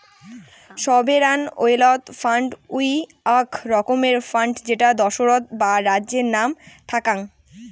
sovereign wealth fund হউ আক রকমের ফান্ড যেটা দ্যাশোতর বা রাজ্যের নাম থ্যাক্যাং